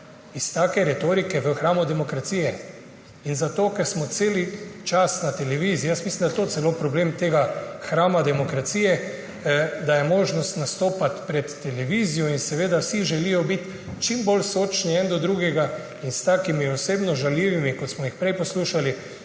Iz take retorike v hramu demokracije in zato, ker smo ves čas na televiziji. Jaz mislim, da je to celo problem tega hrama demokracije, da je možnost nastopanja pred televizijo. Seveda vsi želijo biti čim bolj sočni en do drugega in s takimi osebno žaljivimi, kot smo jih prej poslušali,